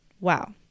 wow